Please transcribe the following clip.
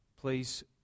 Please